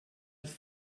des